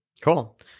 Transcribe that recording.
Cool